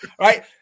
right